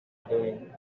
doing